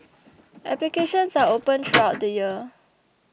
applications are open throughout the year